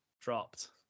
Dropped